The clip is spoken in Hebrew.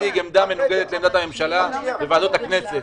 ממשלתי לא יכול להציג עמדה מנוגדת לעמדת הממשלה בוועדות הכנסת.